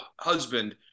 husband